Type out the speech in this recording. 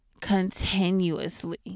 Continuously